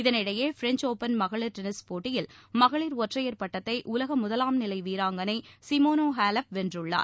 இதனிடையே French open மகளிட் tennis போட்டியில் மகளிட் ஒற்றையர் பட்டத்தை உலக முதலாம் நிலை வீராங்களை சிமோனா ஹாலப் வென்றுள்ளார்